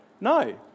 No